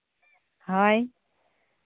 ᱦᱳᱭ